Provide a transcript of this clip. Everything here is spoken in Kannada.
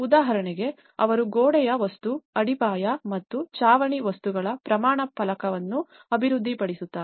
ಉದಾಹರಣೆಗೆ ಅವರು ಗೋಡೆಯ ವಸ್ತು ಅಡಿಪಾಯ ಮತ್ತು ಚಾವಣಿ ವಸ್ತುಗಳ ಪ್ರಮಾಣ ಫಲಕಅನ್ನು ಅಭಿವೃದ್ಧಿಪಡಿಸುತ್ತಾರೆ